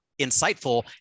insightful